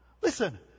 Listen